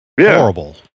horrible